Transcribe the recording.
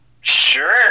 Sure